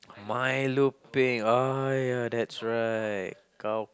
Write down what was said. Milo peng oh ya that's right gao